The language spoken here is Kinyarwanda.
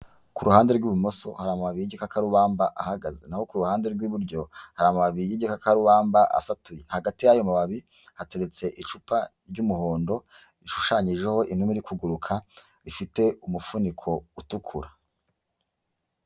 Ku ruhande rw'ibumoso hari amababi y'igikarubamba ahagaze n'aho ku ruhande rw'iburyo hari amababi y'igikakarubamba asatuye, hagati y'ayo mababi hateretse icupa ry'umuhondo rishushanyijeho imibu iri kuguruka, rifite umufuniko utukura.